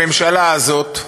הממשלה הזאת,